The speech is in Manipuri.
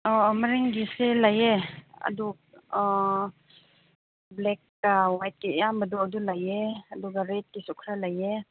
ꯑꯣ ꯑꯣ ꯃꯔꯤꯡꯒꯤꯁꯦ ꯂꯩꯌꯦ ꯑꯗꯨ ꯕ꯭ꯂꯦꯛꯇ ꯋꯥꯏꯠꯀꯤ ꯑꯌꯥꯝꯕꯗꯣ ꯑꯗꯨ ꯂꯩꯌꯦ ꯑꯗꯨꯒ ꯔꯦꯗꯀꯤꯁꯨ ꯈꯔ ꯂꯩꯌꯦ